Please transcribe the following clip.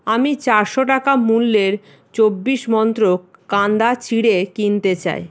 আমি চারশো টাকা মূল্যের চব্বিশ মন্ত্র কান্দা চিঁড়ে কিনতে চাই